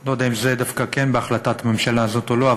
לא יודע אם זה דווקא כן בהחלטת הממשלה הזאת או לא,